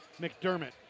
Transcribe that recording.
McDermott